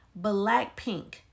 Blackpink